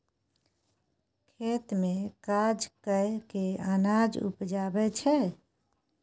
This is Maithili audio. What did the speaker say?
खेत मे काज कय केँ अनाज उपजाबै छै